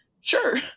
sure